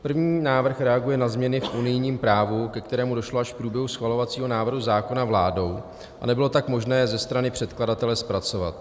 První návrh reaguje na změny v unijním právu, ke kterým došlo až v průběhu schvalování návrhu zákona vládou, a nebylo tak možné je ze strany předkladatele zpracovat.